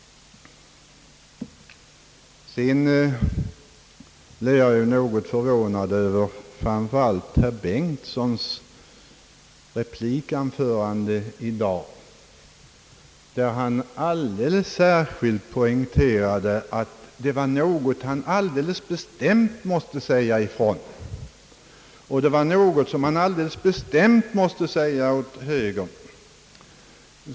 Jag blev något förvånad över framför allt herr Bengtsons replikanförande i dag, där han särskilt poängterade att det var något han bestämt måste säga ifrån och något som han alldeles bestämt måste säga åt högern.